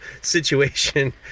situation